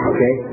Okay